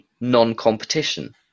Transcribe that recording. non-competition